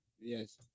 Yes